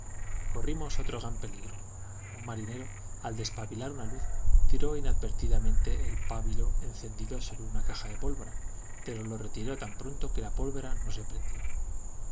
corrimos otro gran peligro un marinero al despabilar una luz tiró inadvertidamente el pabilo encendido sobre una caja de pólvora pero lo retiró tan pronto que la pólvora no se prendió